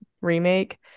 remake